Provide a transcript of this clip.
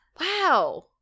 Wow